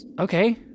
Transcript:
okay